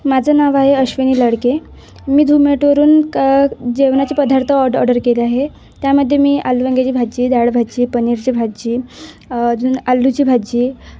माझं नाव आहे अश्विनी लडके मी झोमॅटोवरून काही जेवणाचे पदार्थ ऑर्ड ऑर्डर केले आहे त्यामध्ये मी आलू वांग्याची भाजी डाळ भाजी पनीरची भाजी अजून आलूची भाजी